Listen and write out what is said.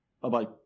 Bye-bye